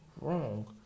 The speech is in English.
wrong